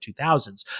2000s